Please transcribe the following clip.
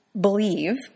believe